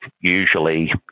usually